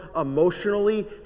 emotionally